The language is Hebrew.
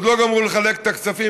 עוד לא גמרו לחלק את הכספים,